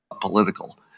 political